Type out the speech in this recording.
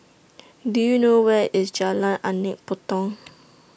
Do YOU know Where IS Jalan Anak Patong